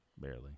barely